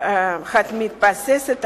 המתבססת עליו.